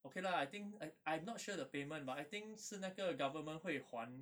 okay lah I think I I am not sure the payment but I think 是那个 government 会还